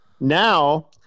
Now